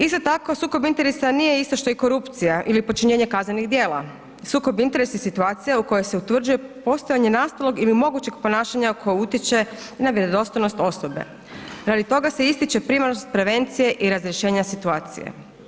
Isto tako, sukob interesa nije isto što i korupcija ili počinjenje kaznenih djela, sukob interesa je situacija u kojoj se utvrđuje postojanje nastalog ili mogućeg ponašanja koje utječe na vjerodostojnost osobe, radi toga se ističe … [[Govornik se ne razumije]] prevencije i razrješenja situacije.